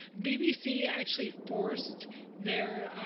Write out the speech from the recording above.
bbc actually forced there